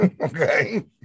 okay